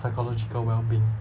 psychological well being